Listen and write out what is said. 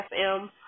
FM